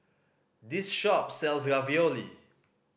this shop sells Ravioli